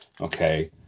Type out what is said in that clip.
okay